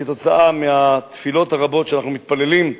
כתוצאה מהתפילות הרבות שאנחנו מתפללים,